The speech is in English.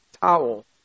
towel